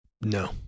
no